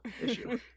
issue